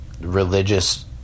religious